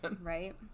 Right